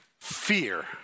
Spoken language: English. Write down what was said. Fear